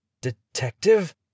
Detective